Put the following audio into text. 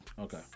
Okay